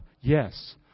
Yes